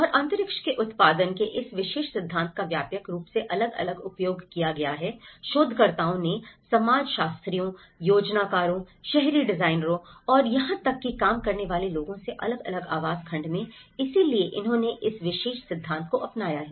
और अंतरिक्ष के उत्पादन के इस विशेष सिद्धांत का व्यापक रूप से अलग अलग उपयोग किया गया है शोधकर्ताओं ने समाजशास्त्रियों योजनाकारों शहरी डिजाइनरों और यहां तक कि काम करने वाले लोगों से अलग अलग आवास खंड में इसलिए उन्होंने इस विशेष सिद्धांत को अपनाया है